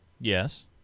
Yes